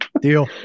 Deal